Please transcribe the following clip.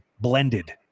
blended